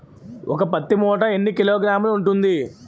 ఒక పత్తి మూట ఎన్ని కిలోగ్రాములు ఉంటుంది?